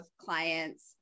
clients